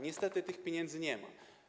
Niestety tych pieniędzy nie ma.